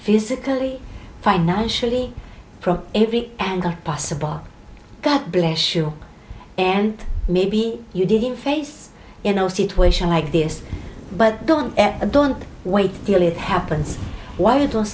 physically financially from every angle possible that bless you and maybe you didn't face you know situation like this but don't don't wait till it happens w